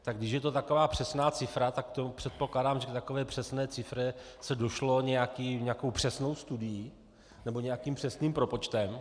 Tak když je to taková přesná cifra, tak předpokládám, že k takové přesné cifře se došlo nějakou přesnou studií nebo nějakým přesným propočtem.